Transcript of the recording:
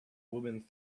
woman